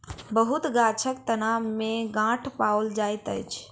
बहुत गाछक तना में गांठ पाओल जाइत अछि